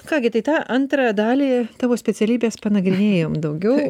ką gi tai tą antrądalį savo specialybės panagrinėjom daugiau